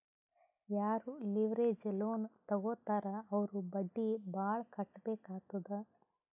ಯಾರೂ leverage loan ತಗೋತ್ತಾರ್ ಅವ್ರು ಬಡ್ಡಿ ಭಾಳ್ ಕಟ್ಟಬೇಕ್ ಆತ್ತುದ್